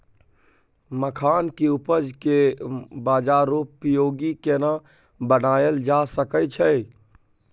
मखान के उपज के बाजारोपयोगी केना बनायल जा सकै छै?